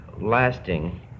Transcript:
lasting